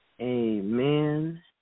Amen